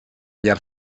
llar